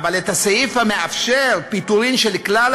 אבל את הסעיף המאפשר פיטורים של כלל